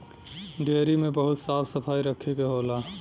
dairy में बहुत साफ सफाई रखे के होला